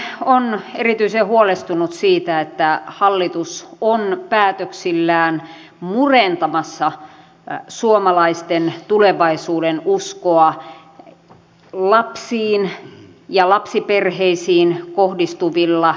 ryhmämme on erityisen huolestunut siitä että hallitus on päätöksillään murentamassa suomalaisten tulevaisuudenuskoa lapsiin ja lapsiperheisiin kohdistuvilla